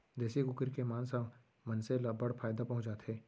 देसी कुकरी के मांस ह मनसे ल बड़ फायदा पहुंचाथे